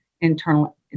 internal